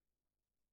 היא נמוכה